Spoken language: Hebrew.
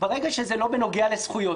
ברגע שזה לא בנוגע לזכויות.